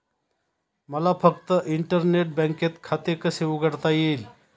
मला फक्त इंटरनेट बँकेत खाते कसे उघडता येईल?